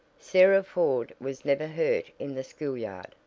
sarah ford was never hurt in the school yard,